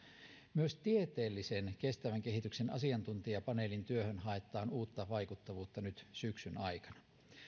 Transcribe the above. myös tieteellisen kestävän kehityksen asiantuntijapaneelin työhön haetaan uutta vaikuttavuutta nyt syksyn aikana